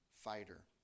fighter